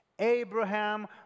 Abraham